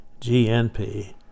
GNP